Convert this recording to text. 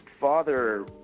father